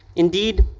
indeed,